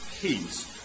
peace